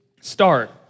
start